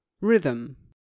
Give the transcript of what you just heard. Rhythm